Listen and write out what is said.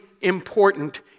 important